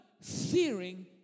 fearing